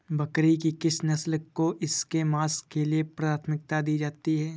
बकरी की किस नस्ल को इसके मांस के लिए प्राथमिकता दी जाती है?